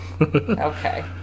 Okay